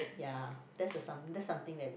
ya that's a some that's something that we